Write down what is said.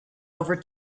over